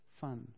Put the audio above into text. fun